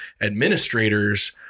administrators